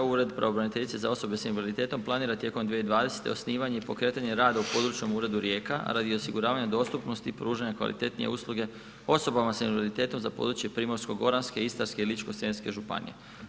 Ured pravobraniteljice za osobe sa invaliditetom planira tijekom 2020. osnivanje i pokretanje rada u područnom uredu Rijeka a radi osiguravanja dostupnosti i pružanje kvalitetnije usluge osoba sa invaliditetom za područje Primorsko-goranske, Istarske i Ličko-senjske županije.